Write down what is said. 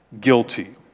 guilty